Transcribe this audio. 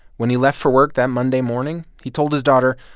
when he left for work that monday morning, he told his daughter,